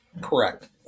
Correct